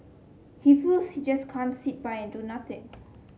he feels he just can't sit by and do nothing